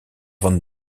van